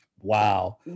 wow